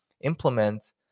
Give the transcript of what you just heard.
implement